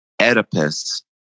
Oedipus